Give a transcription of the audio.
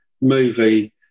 movie